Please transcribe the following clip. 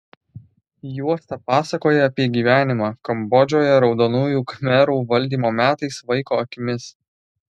juosta pasakoja apie gyvenimą kambodžoje raudonųjų khmerų valdymo metais vaiko akimis